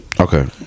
Okay